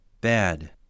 bad